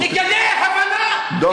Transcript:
תגלה הבנה,